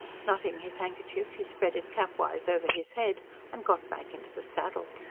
knotting his handkerchief he spread it cap-wise over his head and got back into the saddle.